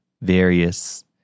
various